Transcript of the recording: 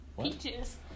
Peaches